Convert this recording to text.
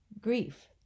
grief